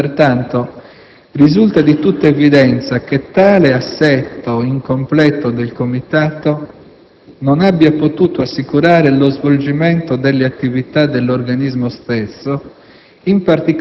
Pertanto, risulta di tutta evidenza che tale assetto incompleto del comitato non ha potuto assicurare lo svolgimento delle attività dell'organismo stesso,